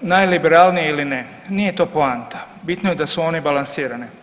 najliberalniji ili ne nije to poanta bitno je da su one balansirane.